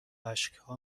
اشکها